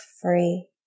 free